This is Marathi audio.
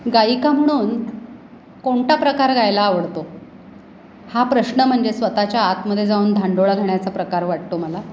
गायिका म्हणून कोणता प्रकार गायला आवडतो हा प्रश्न म्हणजे स्वतःच्या आतमध्ये जाऊन धांडोळा घेण्याचा प्रकार वाटतो मला